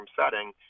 setting